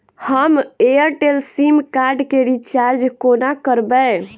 हम Airtel sim card केँ recharge कोना करबै?